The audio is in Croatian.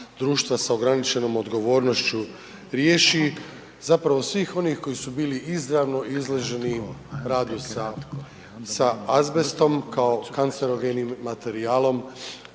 društva s ograničenom odgovornošću riješi, zapravo svih onih koji su bili izravno izloženi radu sa azbestom kao kancerogenim materijalom